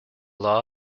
law